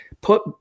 Put